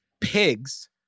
pigs